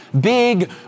big